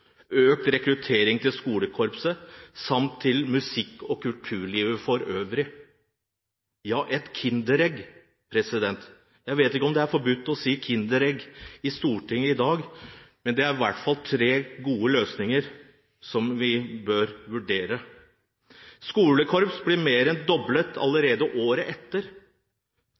økt rekrutteringen til skolekorpset samt til musikk- og kulturlivet for øvrig – ja, et kinderegg. Jeg vet ikke om det er forbudt å si «kinderegg» i Stortinget i dag, men det er i hvert fall tre gode løsninger, som vi bør vurdere. Skolekorpset ble for øvrig mer enn doblet allerede året etter.